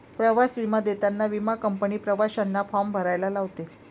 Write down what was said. प्रवास विमा देताना विमा कंपनी प्रवाशांना फॉर्म भरायला लावते